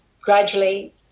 gradually